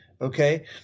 okay